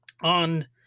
on